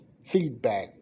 feedback